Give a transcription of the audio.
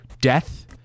Death